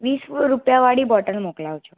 વીસ રૂપિયાવાળી બોટલ મોકલાવજો